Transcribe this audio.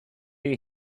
you